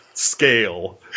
Scale